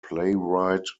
playwright